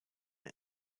and